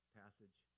passage